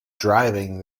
driving